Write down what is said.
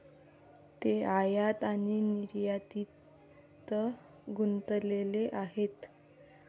ते आयात आणि निर्यातीत गुंतलेले आहेत